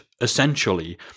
essentially